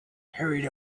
hurried